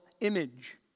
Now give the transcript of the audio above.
image